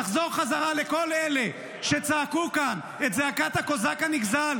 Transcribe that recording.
תחזור בחזרה לכל אלה שצעקו כאן את זעקת הקוזק הנגזל,